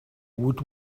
woot